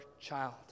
Child